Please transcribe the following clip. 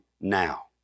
now